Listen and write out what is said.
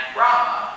Brahma